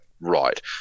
right